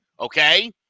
Okay